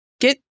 get